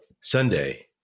Sunday